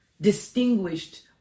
distinguished